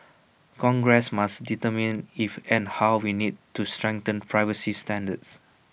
congress must determine if and how we need to strengthen privacy standards